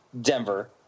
denver